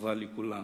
חבל לכולם,